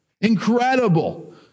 Incredible